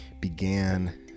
began